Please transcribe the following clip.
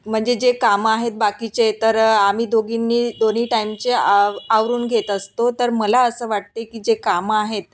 म्हणजे जे कामं आहेत बाकीचे तर आम्ही दोघींनी दोन्ही टाईमचे आव आवरून घेत असतो तर मला असं वाटते की जे कामं आहेत